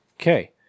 Okay